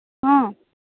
ᱦᱚᱸ